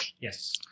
Yes